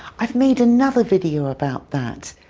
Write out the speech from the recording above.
i've made another video about that.